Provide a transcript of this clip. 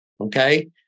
Okay